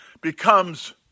becomes